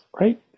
right